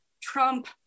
trump